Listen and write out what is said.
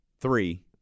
three